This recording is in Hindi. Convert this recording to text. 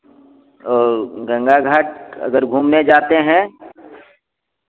और गंगा घाट अगर घूमने जाते हैं